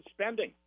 spending